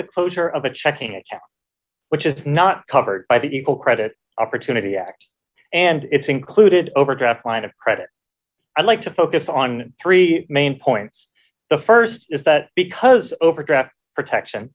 the closure of a checking account which is not covered by the full credit opportunity act and it's included overdraft line of credit i'd like to focus on three main points the st is that because overdraft protection